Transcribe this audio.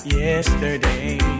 yesterday